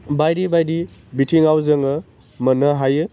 बायदि बायदि बिथिङाव जोङो मोन्नो हायो